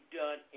done